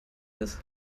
ist